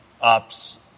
ups